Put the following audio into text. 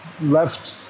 left